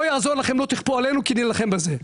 לא יעזור לכם, לא תכפו עלינו כי נילחם בזה.